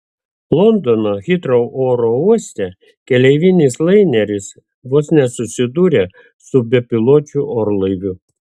londono hitrou oro uoste keleivinis laineris vos nesusidūrė su bepiločiu orlaiviu